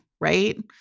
right